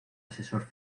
asesor